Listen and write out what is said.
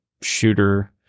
shooter